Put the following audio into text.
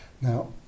Now